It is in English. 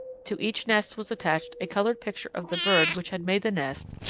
to each nest was attached a coloured picture of the bird which had made the nest,